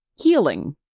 Healing